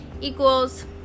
equals